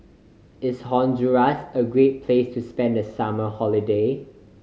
is Honduras a great place to spend the summer holiday